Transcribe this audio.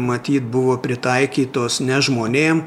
matyt buvo pritaikytos ne žmonėm